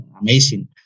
amazing